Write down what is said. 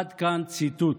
עד כאן הציטוט.